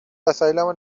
وسایلامو